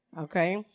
Okay